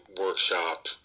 workshop